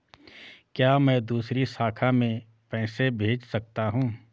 क्या मैं दूसरी शाखा में पैसे भेज सकता हूँ?